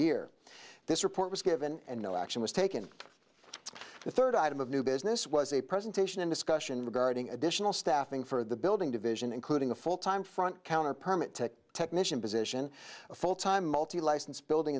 year this report was given and no action was taken the third item of new business was a presentation and discussion regarding additional staffing for the building division including a full time front counter permit to technician position a full time multi license building